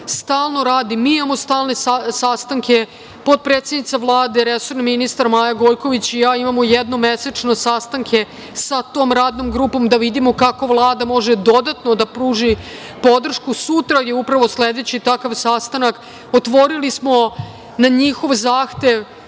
novinara. Mi imamo stalne sastanke, potpredsednica Vlade, resorni ministar Maja Gojković i ja imamo jednom mesečno sastanke sa tom radnom grupom da vidimo kako Vlada može dodatno da pruži podršku. Sutra je upravo sledeći takav sastanak. Otvorili smo na njihov zahtev